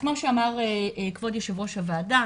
כמו שאמר כבוד יושב-ראש הוועדה,